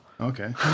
Okay